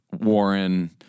Warren